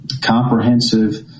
comprehensive